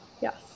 Yes